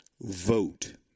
vote